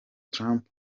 trump